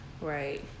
right